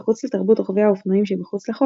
מחוץ לתרבות רוכבי האופנועים שמחוץ לחוק,